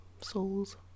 souls